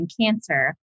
cancer